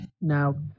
now